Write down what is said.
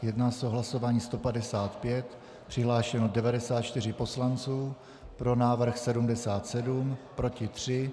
Jedná se o hlasování 155, přihlášeno 94 poslanců, pro návrh 77, proti 3.